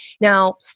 Now